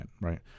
right